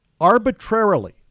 arbitrarily